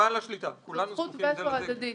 זו זכות וטו הדדית.